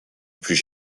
plus